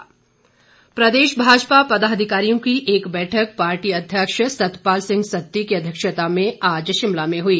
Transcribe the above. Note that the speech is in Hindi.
भाजपा प्रदेश भाजपा पदाधिकारियों की एक बैठक पार्टी अध्यक्ष सतपाल सिंह सत्ती की अध्यक्षता में आज शिमला में हुई